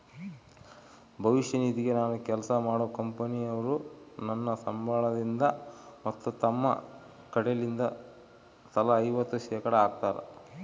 ಭವಿಷ್ಯ ನಿಧಿಗೆ ನಾನು ಕೆಲ್ಸ ಮಾಡೊ ಕಂಪನೊರು ನನ್ನ ಸಂಬಳಗಿಂದ ಮತ್ತು ತಮ್ಮ ಕಡೆಲಿಂದ ತಲಾ ಐವತ್ತು ಶೇಖಡಾ ಹಾಕ್ತಾರ